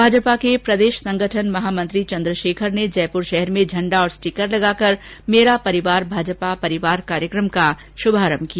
भाजपा के प्रदेश संगठन महामंत्री चंद्रशेखर ने जयपुर शहर में झण्डा और स्टीकर लगाकर मेरा परिवार भाजपा परिवार कार्यक्रम का शुभारंभ किया